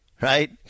Right